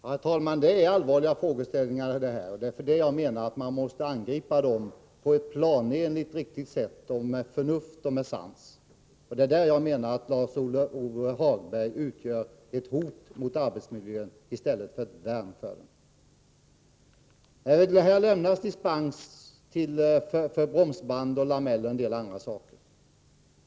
Herr talman! Det gäller allvarliga frågor, och därför menar jag att man måste angripa dem på ett planenligt riktigt sätt med förnuft och sans. Lars-Ove Hagberg utgör ett hot mot arbetsmiljön i stället för ett värn för den. Dispens lämnas för bromsband och lameller.